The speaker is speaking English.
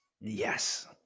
yes